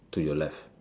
to your left